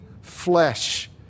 flesh